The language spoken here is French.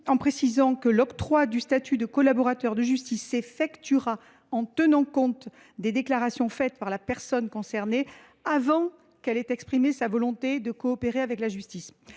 en précisant que l’octroi du statut de collaborateur de justice s’effectuera en tenant compte des déclarations faites par la personne concernée avant que celle ci n’ait exprimé sa volonté de coopérer avec la justice.